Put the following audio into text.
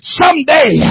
someday